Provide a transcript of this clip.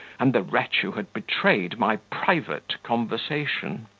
and the wretch who had betrayed my private conversation.